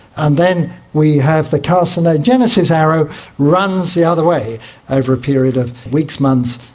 and then we have the carcinogenesis arrow runs the other way over a period of weeks, months,